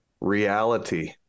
reality